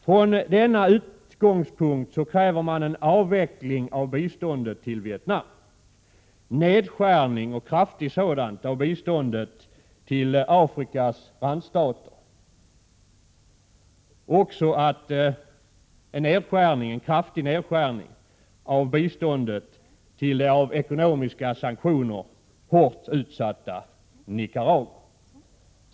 Från denna utgångspunkt kräver de en avveckling av biståndet till Vietnam och en kraftig nedskärning av biståndet till Afrikas randstater. De kräver också en kraftig nedskärning av biståndet till det av ekonomiska sanktioner hårt utsatta Nicaragua.